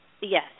yes